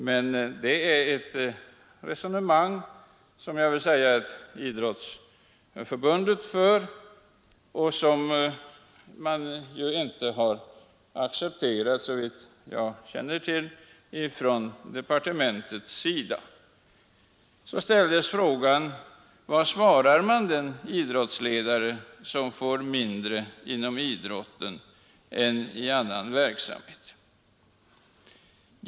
Men det är ett resonemang som Riksidrottsförbundet för och som man ju inte — såvitt jag känner till — har accepterat från departementets sida. Här har vidare frågats vad man svarar den idrottsledare som får mindre pengar för aktiviteter inom idrotten än vad man får i annan verksamhet för precis samma aktivitet.